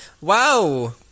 Wow